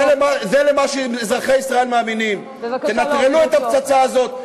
היא תתפוצץ על הדיור, היא תתפוצץ על יוקר